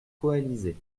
coalisées